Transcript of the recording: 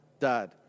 dad